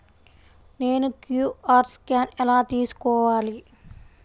నేను QR scan ఎలా తీసుకోవాలి?